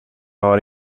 har